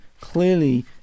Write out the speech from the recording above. Clearly